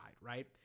right